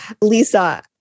Lisa